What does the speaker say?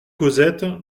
causette